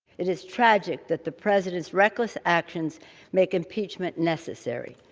it is tragic that the president's reckless actions make impeachment necessary.